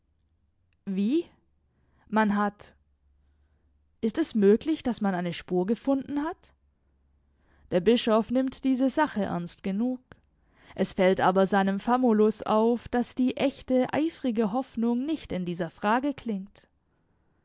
wie man hat ist es möglich daß man eine spur gefunden hat der bischof nimmt diese sache ernst genug es fällt aber seinem famulus auf daß die echte eifrige hoffnung nicht in dieser frage klingt